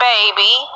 Baby